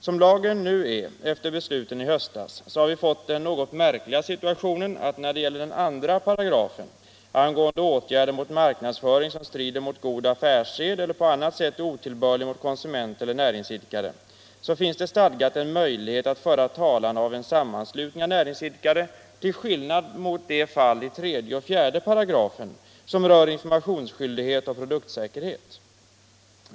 Som lagen nu är utformad efter besluten i höstas har vi fått den något märkliga situationen att det finns möjlighet för en sammanslutning av näringsidkare att föra talan när det gäller 2 § angående åtgärder mot marknadsföring som strider mot god affärssed eller på annat sätt är otillbörlig mot konsument eller näringsidkare, men inte när det gäller 3 och 4 §§ som rör informationsskyldighet och produktsäkerhet.